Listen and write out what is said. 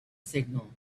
signal